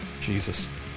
Jesus